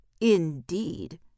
Indeed